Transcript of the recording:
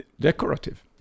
decorative